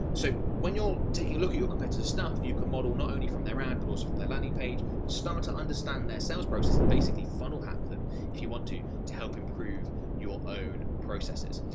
so, when you're taking a look at your competitor's stuff, you can model not only from their ad but also from their landing page, and start to understand their sales process and basically funnel hack them if you want to, to help improve your own processes.